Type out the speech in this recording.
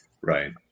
Right